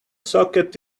socket